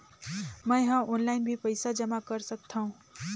मैं ह ऑनलाइन भी पइसा जमा कर सकथौं?